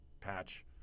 patch